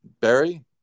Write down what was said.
Barry